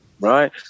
right